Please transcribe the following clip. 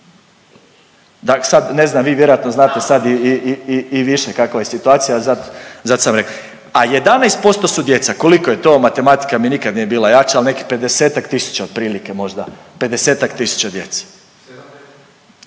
624000. Sad ne znam vi vjerojatno znate sad i više kakva je situacija zato sam rekao, a 11% su djeca. Koliko je to? Matematika mi nikad nije bila jača, ali nekih pedesetak tisuća otprilike možda, pedesetak